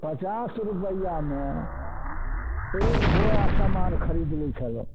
पचास रुपैआमे एक बोरा सामान खरीद लै छलहुँ